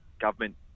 government